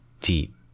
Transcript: deep